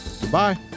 Goodbye